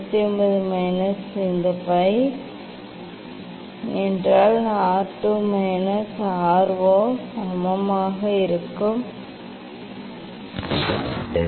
180 minus இந்த pi என்றால் R 2 minus R 0 சமமாக இருக்கும் 2 தீட்டா நான்